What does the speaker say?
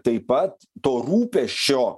taip pat to rūpesčio